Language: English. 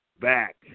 back